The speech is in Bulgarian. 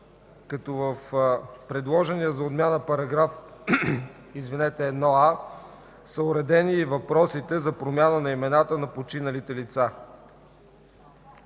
като в предложения за отмяна § 1а са уредени и въпросите за промяна на имената на починалите лица.